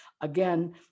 Again